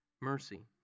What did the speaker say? mercy